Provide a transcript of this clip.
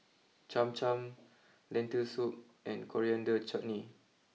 Cham Cham Lentil Soup and Coriander Chutney